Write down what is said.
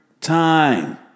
time